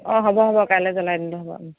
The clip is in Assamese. অ' হ'ব হ'ব কাইলে জনাই দিলে হ'ব